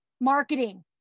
marketing